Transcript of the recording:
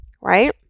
right